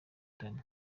danny